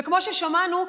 וכמו ששמענו,